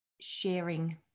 sharing